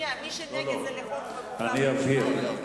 אני אבהיר.